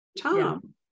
Tom